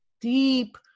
deep